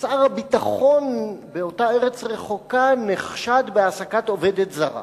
שר הביטחון באותה ארץ רחוקה נחשד בהעסקת עובדת זרה.